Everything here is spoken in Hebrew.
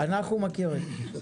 אנחנו מכירים.